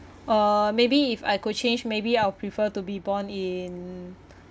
uh maybe if I could change maybe I'll prefer to be born in